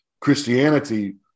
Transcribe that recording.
Christianity